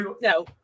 No